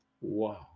wow